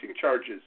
charges